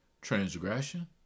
transgression